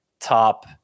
top